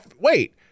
wait